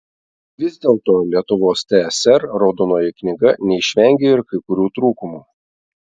vis dėlto lietuvos tsr raudonoji knyga neišvengė ir kai kurių trūkumų